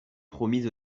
promise